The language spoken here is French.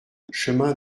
chemin